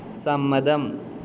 സമ്മതം